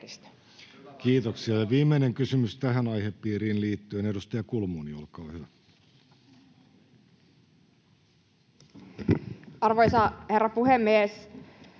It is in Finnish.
Kiitoksia. — Ja viimeinen kysymys tähän aihepiiriin liittyen, edustaja Kulmuni, olkaa hyvä. [Speech 81] Speaker: